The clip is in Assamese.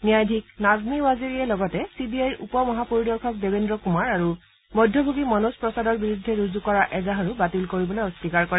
ন্যায়াধীশ নাজমী ৱাজিৰিয়ে লগতে চিবিআইৰ উপ মহাপৰিদৰ্শক দেৱেন্দ্ৰ কুমাৰ আৰু মধ্যভোগী মনোজ প্ৰসাদৰ বিৰুদ্ধে ৰুজু কৰা এজাহাৰো বাতিল কৰিবলৈ অস্বীকাৰ কৰে